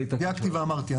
ודייקתי ואמרתי,